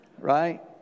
Right